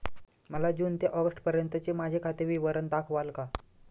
मला जून ते ऑगस्टपर्यंतचे माझे खाते विवरण दाखवाल का?